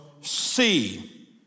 see